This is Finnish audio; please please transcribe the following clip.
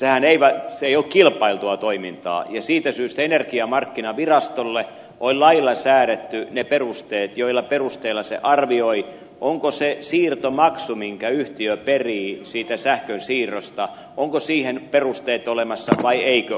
se ei ole kilpailtua toimintaa ja siitä syystä energiamarkkinavirastolle on lailla säädetty ne perusteet joilla se arvioi onko siirtomaksuun minkä yhtiö perii sähkön siirrosta perusteet olemassa vai eikö ole